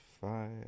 five